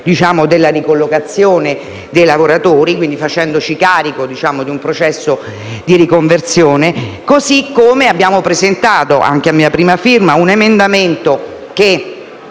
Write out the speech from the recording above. anche della ricollocazione dei lavoratori, facendoci carico di un processo di riconversione; così come abbiamo presentato, a mia prima firma, un emendamento che